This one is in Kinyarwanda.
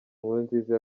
nkurunziza